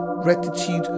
Gratitude